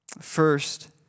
First